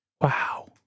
wow